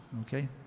Okay